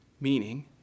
Meaning